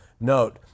Note